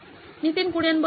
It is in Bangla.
নীতিন কুরিয়ান হ্যাঁ